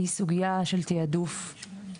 היא סוגיה של תעדוף,